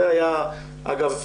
אגב,